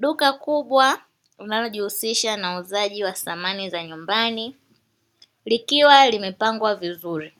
Duka kubwa linalojihusisha na uuzaji wa samani za nyumbani likiwa limepangwa vizuri.